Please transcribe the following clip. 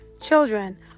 children